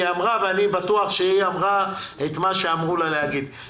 היא אמרה ואני בטוח שהיא אמרה את מה שאמרו לה לומר.